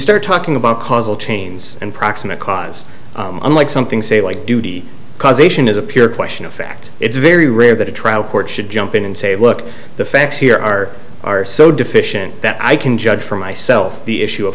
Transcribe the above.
start talking about causal chains and proximate cause unlike something say like duty causation is a pure question of fact it's very rare that a trial court should jump in and say look the facts here are are so deficient that i can judge for myself the issue of